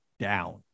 down